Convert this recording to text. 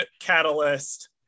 Catalyst